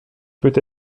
peut